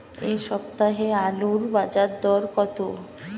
এ সপ্তাহে আলুর বাজার দর কত?